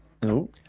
Hello